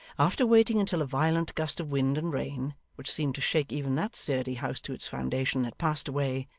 after waiting until a violent gust of wind and rain, which seemed to shake even that sturdy house to its foundation, had passed away,